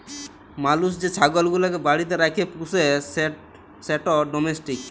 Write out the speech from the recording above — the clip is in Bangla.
মালুস যে ছাগল গুলাকে বাড়িতে রাখ্যে পুষে সেট ডোমেস্টিক